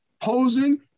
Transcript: posing